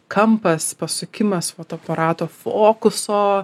kampas pasukimas fotoaparato fokuso